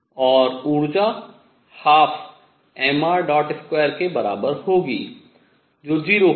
और ऊर्जा 12mr2 के बराबर होगी जो 0 होगी